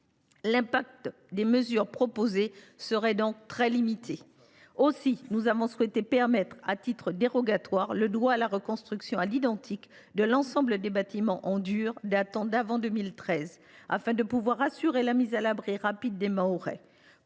L’impact des mesures proposées serait donc très limité. Aussi, nous avons souhaité permettre, à titre dérogatoire, le droit à la reconstruction à l’identique de l’ensemble des bâtiments « en dur » datant d’avant 2013, afin d’assurer la mise à l’abri rapide des Mahorais.